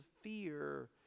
fear